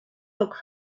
look